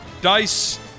dice